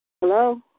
Hello